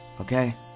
Okay